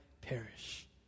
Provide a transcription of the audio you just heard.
perish